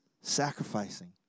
sacrificing